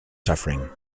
suffering